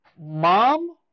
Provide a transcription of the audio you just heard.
mom